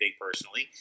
personally